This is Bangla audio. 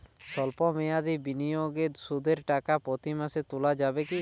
সল্প মেয়াদি বিনিয়োগে সুদের টাকা প্রতি মাসে তোলা যাবে কি?